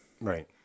Right